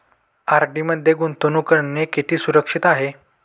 RD मध्ये गुंतवणूक करणे किती सुरक्षित आहे?